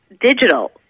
digital